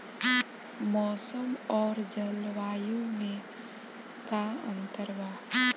मौसम और जलवायु में का अंतर बा?